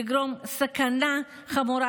לגרום לסכנה חמורה,